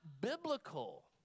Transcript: biblical